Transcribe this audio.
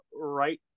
right